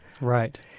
Right